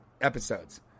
episodes